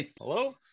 hello